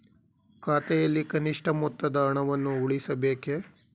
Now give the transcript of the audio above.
ಖಾತೆಯಲ್ಲಿ ಕನಿಷ್ಠ ಮೊತ್ತದ ಹಣವನ್ನು ಉಳಿಸಬೇಕೇ?